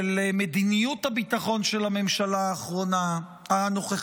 של מדיניות הביטחון של הממשלה הנוכחית,